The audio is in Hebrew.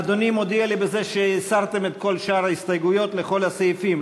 אדוני מודיע לי בזה שהסרתם את כל שאר ההסתייגויות לכל הסעיפים.